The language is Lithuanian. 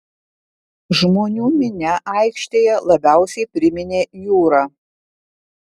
žmonių minia aikštėje labiausiai priminė jūrą